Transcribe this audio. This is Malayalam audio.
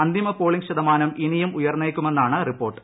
അന്തിമ പോളിംഗ് ശതമാനം ഇനിയും ഉയർന്നേക്കുമെന്നാണ് റിപ്പോർട്ട്